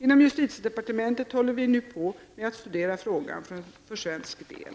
Inom justitiedepartementet håller vi nu på med att studera frågan för svensk del.